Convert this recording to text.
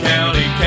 County